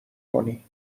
کنی